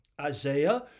Isaiah